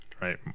right